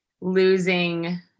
losing